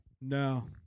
No